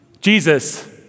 Jesus